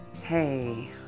Hey